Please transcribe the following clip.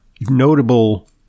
notable